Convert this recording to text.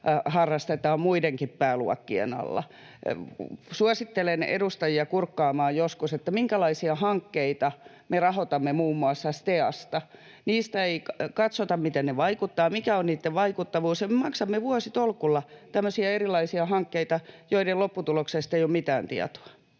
harrastetaan muidenkin pääluokkien alla. Suosittelen edustajia kurkkaamaan joskus, minkälaisia hankkeita me rahoitamme muun muassa STEAsta. Niistä ei katsota, miten ne vaikuttavat, mikä on niitten vaikuttavuus, ja me maksamme vuositolkulla tämmöisiä erilaisia hankkeita, joiden lopputuloksesta ei ole mitään tietoa.